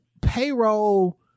Payroll